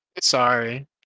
Sorry